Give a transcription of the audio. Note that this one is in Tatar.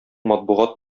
матбугат